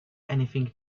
anything